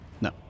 No